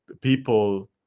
people